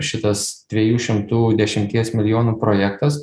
šitas dviejų šimtų dešimties milijonų projektas